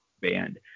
band